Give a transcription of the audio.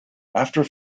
after